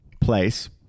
place